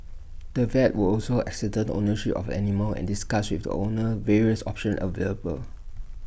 the vet would also ascertain ownership of animal and discuss with the owner various options available